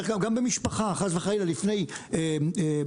במשפחה, חס וחלילה לפני פילוג,